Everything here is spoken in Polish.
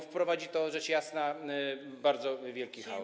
Wprowadzi to, rzecz jasna, bardzo wielki chaos.